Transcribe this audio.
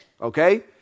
Okay